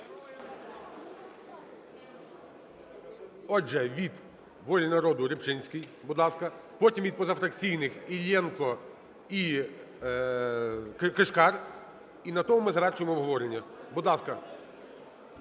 Отже, від "Волі народу" Рибчинський, будь ласка. Потім – від позафракційних Іллєнко і Кишкар. І на тому ми завершуємо обговорення. Будь ласка.